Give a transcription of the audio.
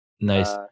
Nice